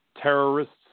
Terrorists